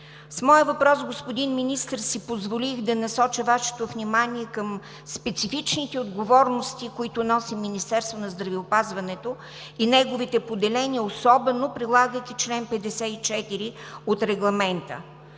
С моя въпрос, господин Министър, си позволих да насоча Вашето внимание към специфичните отговорности, които носи Министерството на здравеопазването и неговите поделения, особено прилагайки чл. 54 от Регламента,